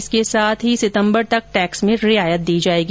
इसके साथ सितम्बर तक टैक्स में रियायत दी जाएगी